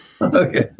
Okay